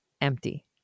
empty